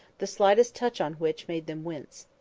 the slightest touch on which made them wince.